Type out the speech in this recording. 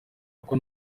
kuko